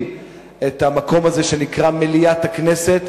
את המקום הזה שנקרא מליאת הכנסת,